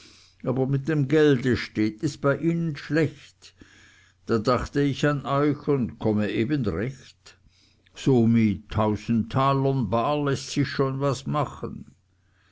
aber mit dem gelde steht es bei ihnen schlecht da dachte ich an euch und komme eben recht so mit tausend talern bar läßt sich schon was machen